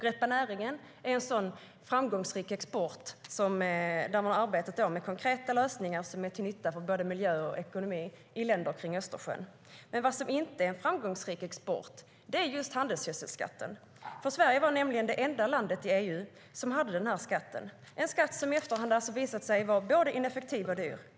Greppa näringen är en sådan framgångsrik exportåtgärd där man arbetar med konkreta lösningar som är till nytta både för miljö och för ekonomi i länderna runt Östersjön. Det som inte är en framgångsrik exportprodukt är just handelsgödselskatten. Sverige var nämligen det enda landet i EU som hade den skatten, en skatt som i efterhand visade sig vara både ineffektiv och dyr.